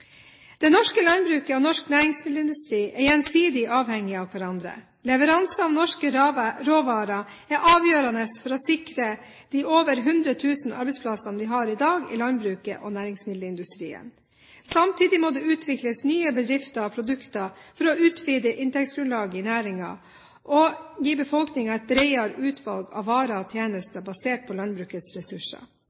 Det norske landbruket og norsk næringsmiddelindustri er gjensidig avhengig av hverandre. Leveranser av norske råvarer er avgjørende for å sikre de over 100 000 arbeidsplassene vi har i dag i landbruket og i næringsmiddelindustrien. Samtidig må det utvikles nye bedrifter og produkter for å utvide inntektsgrunnlaget i næringen og gi befolkningen et bredere utvalg av varer og tjenester basert på landbrukets ressurser.